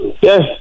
Yes